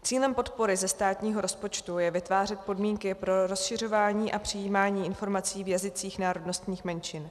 Cílem podpory ze státního rozpočtu je vytvářet podmínky pro rozšiřování a přijímání informací v jazycích národnostních menšin.